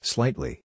Slightly